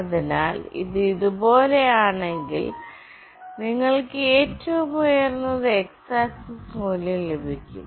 അതിനാൽ ഇത് ഇതുപോലെയാണെങ്കിൽ നിങ്ങൾക്ക് ഏറ്റവും ഉയർന്നത് x ആക്സിസ് മൂല്യം ലഭിക്കും